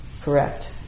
correct